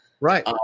Right